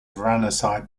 varanasi